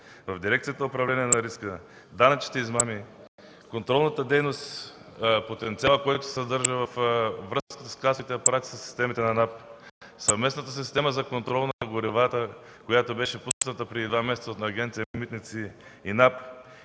в дирекцията „Управление на риска”, данъчните измами, контролната дейност, потенциалът, който се съдържа във връзка с касовите апарати със системите на НАП, съвместната система за контрол на горивата, която беше пусната преди два месеца от Агенция „Митници” и НАП.